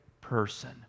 person